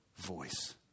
voice